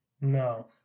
no